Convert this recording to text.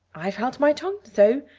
i've held my tongue though,